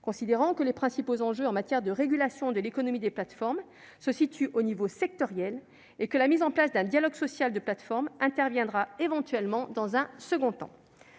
considérant que les principaux enjeux en matière de régulation de l'économie des plateformes se situaient au niveau sectoriel et que la mise en place d'un dialogue social de plateforme interviendrait éventuellement dans un second temps.